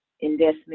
investment